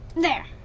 there.